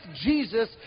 Jesus